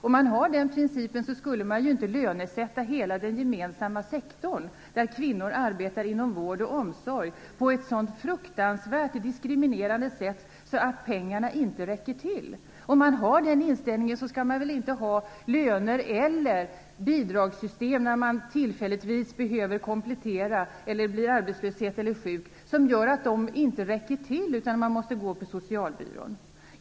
Om man hade den principen, skulle man inte lönesätta hela den gemensamma sektorn, där kvinnor arbetar inom vård och omsorg, på ett så fruktansvärt diskriminerande sätt att pengarna inte räcker till. Om man hade den inställningen, skulle man väl inte ha löner - eller bidragssystem när människor tillfälligtvis behöver komplettera eller när de blir arbetslösa eller sjuka - som inte räcker till, så att människorna måste gå på socialbidrag?